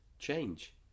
change